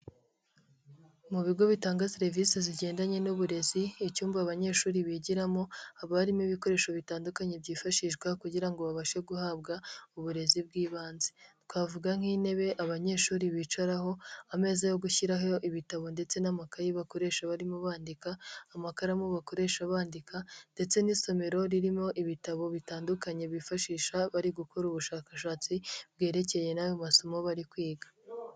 Mu bigo bitanga serivisi zigendanye n'uburezi, icyumba abanyeshuri bigiramo haba harimo ibikoresho bitandukanye byifashishwa kugira ngo babashe guhabwa uburezi bw'ibanze, twavuga nk'intebe abanyeshuri bicaraho, ameza yo gushyiraho ibitabo ndetse n'amakayi bakoresha barimo bandika, amakaramu bakoresha bandika ndetse n'isomero ririmo ibitabo bitandukanye bifashisha bari gukora ubushakashatsi bwerekeye n'ayo masomo bari kwiga.